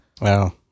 Wow